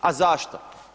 A zašto?